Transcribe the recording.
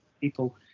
people